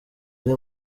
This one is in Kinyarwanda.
ari